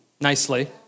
nicely